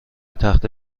تخته